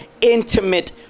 intimate